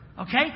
Okay